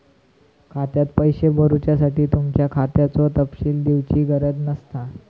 खात्यात पैशे भरुच्यासाठी तुमच्या खात्याचो तपशील दिवची गरज नसता